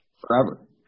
forever